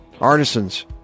artisans